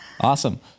Awesome